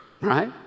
right